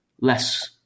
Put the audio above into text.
less